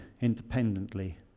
independently